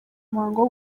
umuhango